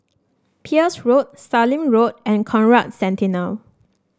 Peirce Road Sallim Road and Conrad Centennial